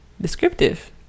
descriptive